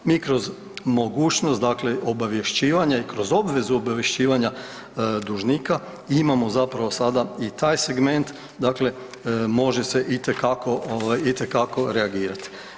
Mi kroz mogućnost dakle obavješćivana i kroz obvezu obavješćivanja dužnika imamo zapravo sada i taj segment, dakle može se itekako ovaj itekako reagirati.